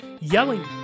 Yelling